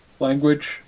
language